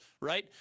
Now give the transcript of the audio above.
right